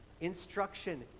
instruction